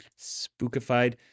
Spookified